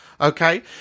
Okay